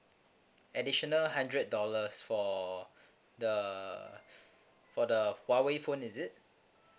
additional hundred dollars for the for the huawei phone is it